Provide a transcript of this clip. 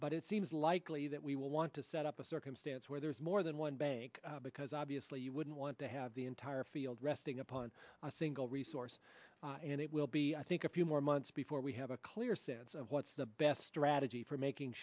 but it seems likely that we will want to set up a circumstance where there is more than one bank because obviously you wouldn't want to have the entire field resting upon a single resource and it will be i think a few more months before we have a clear sense of what's the best strategy for making